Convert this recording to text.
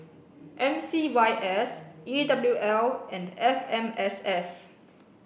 M C Y S E W L and F M S S